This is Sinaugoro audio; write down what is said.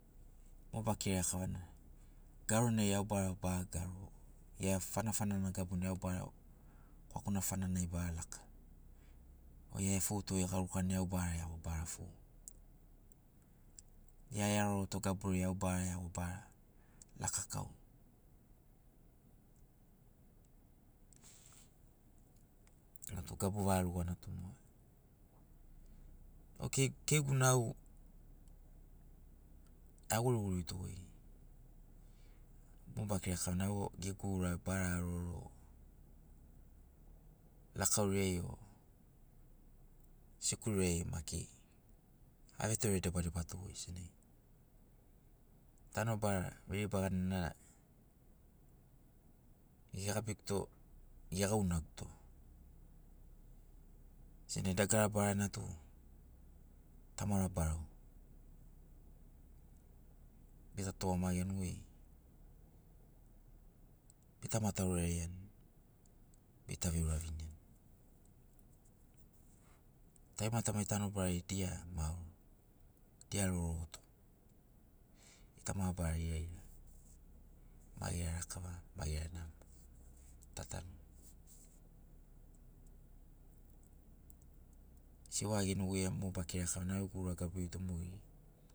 Mo bakiraia kavana ḡaronai au bara bara garo ia fanafana na gabunai au bara iaḡo kwakuna fana nai au ba laka o ḡia efouto ḡarukanai au bara iaḡo bara fou ḡia eharoroto gaburiai au bara iaḡo ba lakakau motu gabu vaḡa luana tu moḡa au kei keiguna au aḡuriḡuritoḡoi mo bakira kavana au ḡeḡu ura bara haroro lakauriai sikuririai maki avetore debadebato senaḡi tanobara veriba ḡanina eḡabiguto eḡaunaguto senaḡi dagara barana tu tamara barau bita tuḡamaḡianiḡoi bita matauraiani bita viuraviniani tarimata mai tanobarai dia maoro dia roroḡoto ḡita mabarara iraira ma ḡera rakava ma ḡera namo ta tanuni siuwa ḡenoḡoia mo bakira kavana au ḡegu ura to moḡeri